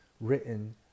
written